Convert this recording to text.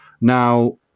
now